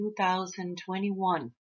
2021